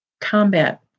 combat